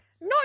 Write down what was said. no